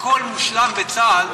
הכול מושלם בצה"ל,